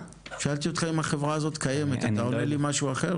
שאלתי אותך אם החברה הזו קיימת ואתה עונה לי משהו אחר?